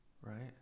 right